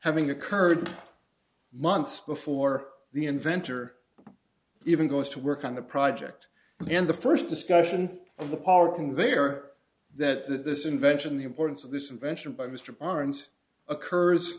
having occurred months before the inventor even goes to work on the project in the first discussion of the parking there that this invention the importance of this invention by mr barnes occurs